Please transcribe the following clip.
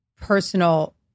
personal